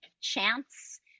chance